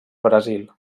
brasil